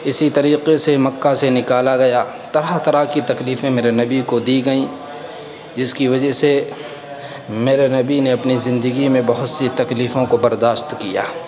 اسی طریقے سے مکہ سے نکالا گیا طرح طرح کی تکلیفیں میرے نبی کو دی گئیں جس کی وجہ سے میرے نبی نے اپنی زندگی میں بہت سی تکلیفوں کو برداشت کیا